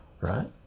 right